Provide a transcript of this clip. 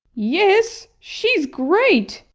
yes she's great!